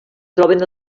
troben